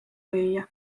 lüüa